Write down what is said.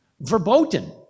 verboten